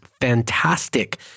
fantastic